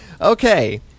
okay